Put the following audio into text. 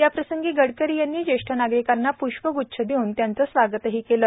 याप्रसंगी गडकरी यांनी जेष्ठ नागरिकांना प्ष्पग्च्छ देऊन त्यांचे स्वागतही केले